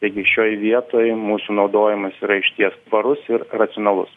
taigi šioj vietoj mūsų naudojimas yra išties tvarus ir racionalus